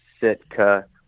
Sitka